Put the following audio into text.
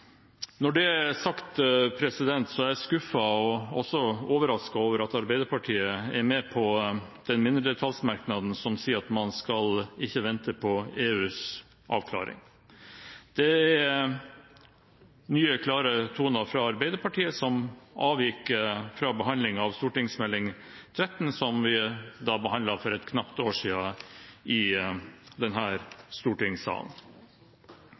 Når det er sagt, er jeg skuffet og også overrasket over at Arbeiderpartiet er med på den mindretallsmerknaden som sier at man ikke skal vente på EUs avklaring. Det er nye, klare toner fra Arbeiderpartiet, som avviker fra behandlingen av Meld. St. 13 for 2014–2015, som vi behandlet for et knapt år siden her i